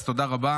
אז תודה רבה.